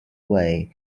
way